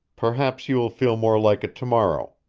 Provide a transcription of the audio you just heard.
perhaps you will feel more like it to-morrow.